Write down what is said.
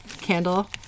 candle